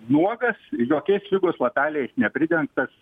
nuogas jokiais figos lapeliais nepridengtas